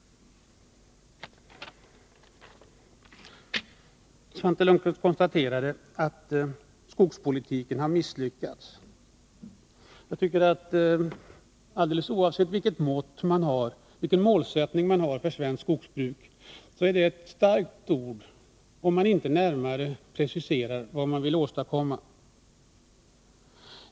Svante Lundkvist konstaterade att skogspolitiken har misslyckats. Oavsett vilken målsättning man har för svenskt skogsbruk är det ett starkt ord, om man inte närmare preciserar vad man vill åstadkomma.